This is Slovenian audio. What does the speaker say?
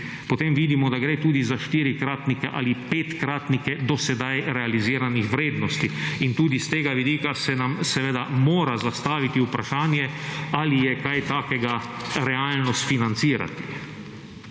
potem vidimo, da gre tudi za štirikratnike ali petkratnike do sedaj realiziranih vrednosti in tudi iz tega vidika se nam seveda mora zastaviti vprašanje ali je kaj takega realno sfinancirati.